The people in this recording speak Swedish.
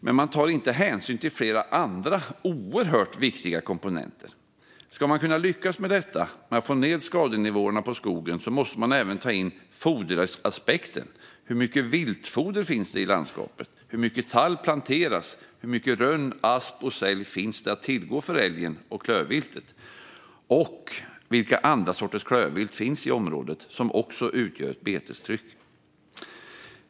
Man tar inte hänsyn till flera andra oerhört viktiga komponenter. Om man ska lyckas med att få ned skadenivåerna på skogen måste man även ta in foderaspekten. Hur mycket viltfoder finns det i landskapet? Hur mycket tall planteras? Hur mycket rönn, asp och sälg finns att tillgå för älgen och klövviltet? Och vilka andra sorters klövvilt som också utgör ett betestryck finns det i området?